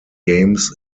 games